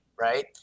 right